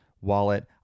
wallet